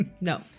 No